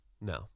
no